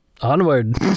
onward